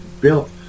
built